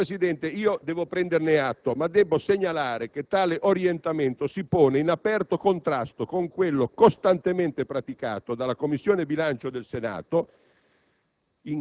Signor Presidente, devo prenderne atto, ma debbo segnalare che tale orientamento si pone in aperto contrasto con quello costantemente praticato dalla Commissione bilancio del Senato